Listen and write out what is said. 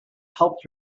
helped